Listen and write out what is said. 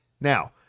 Now